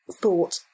thought